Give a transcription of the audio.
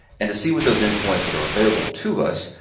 and to see what those endpoints that are available to us,